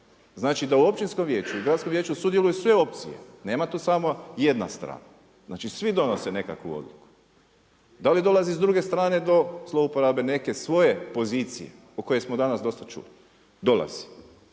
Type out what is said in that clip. Znači da u općinskom vijeću i gradskom vijeću sudjeluju sve opcije, nema tu samo jedna strana, znači svi donose nekakvu odluku. Da li dolazi do druge strane do zlouporabe neke svoje pozicije o kojoj smo danas dosta čuli? Dolazi.